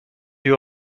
you